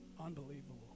Unbelievable